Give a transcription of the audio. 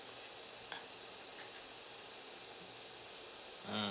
mm